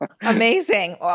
Amazing